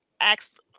asked